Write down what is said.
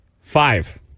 five